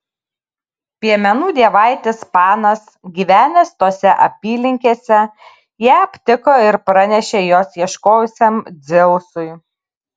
piemenų dievaitis panas gyvenęs tose apylinkėse ją aptiko ir pranešė jos ieškojusiam dzeusui